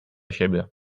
siebie